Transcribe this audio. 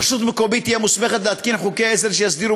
רשות מקומית תהיה מוסמכת להתקין חוקי עזר שיסדירו